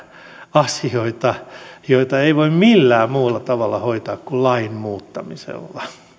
asioita joita ei voi millään muulla tavalla hoitaa kuin lain muuttamisella